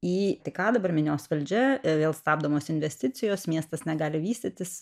į tai ką dabar minios valdžia vėl stabdomos investicijos miestas negali vystytis